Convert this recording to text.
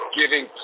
giving